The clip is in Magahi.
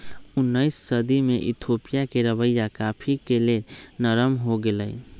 उनइस सदी में इथोपिया के रवैया कॉफ़ी के लेल नरम हो गेलइ